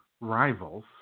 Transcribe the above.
rivals